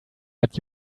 but